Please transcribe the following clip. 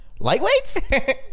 Lightweights